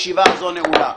ישיבה זו נעולה.